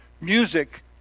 music